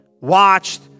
watched